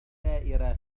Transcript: بخسائر